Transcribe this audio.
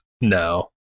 No